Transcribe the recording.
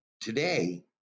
today